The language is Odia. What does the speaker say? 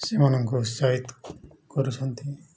ସେମାନଙ୍କୁ ଉତ୍ସାହିତ କରୁଛନ୍ତି